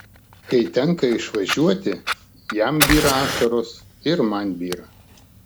kai tenka išvažiuoti jam byra ašaros ir man byra